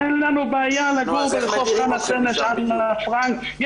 אין לנו בעיה לגור ברחוב חנה סנש או אנה פרנק.